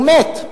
הוא מת.